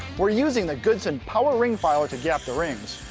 we're using the goodson power ring filer to gap the rings.